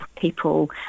people